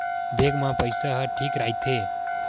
Bank मा पईसा ह ठीक राइथे?